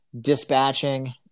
dispatching